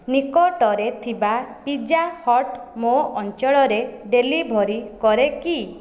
ନିକଟରେ ଥିବା pizza hut ମୋ' ଅଞ୍ଚଳରେ ଡେଲିଭରୀ କରେ କି